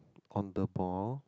conder ball